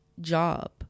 job